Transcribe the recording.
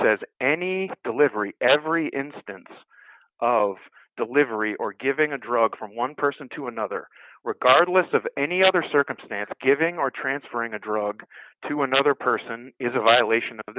says any delivery every instance of delivery or giving a drug from one person to another regardless of any other circumstance of giving or transferring a drug to another person is a violation of